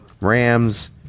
rams